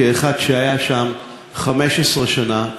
כאחד שהיה שם 15 שנה,